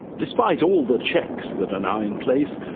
despite all the checks that are now in place,